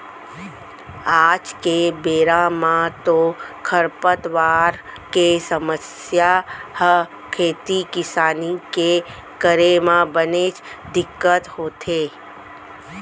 आज के बेरा म तो खरपतवार के समस्या ह खेती किसानी के करे म बनेच दिक्कत होथे